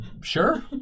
sure